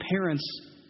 parents